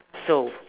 so